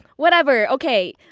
whatever, okay.